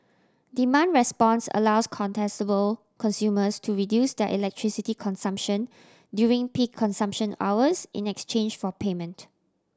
demand response allows contestable consumers to reduce their electricity consumption during peak consumption hours in exchange for payment